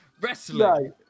wrestling